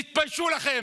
תתביישו לכם.